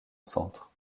centre